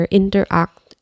interact